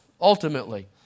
ultimately